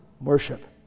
worship